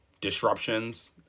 disruptions